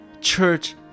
church